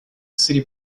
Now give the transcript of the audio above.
city